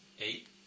Eight